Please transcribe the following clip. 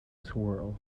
swirl